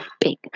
big